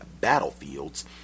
battlefields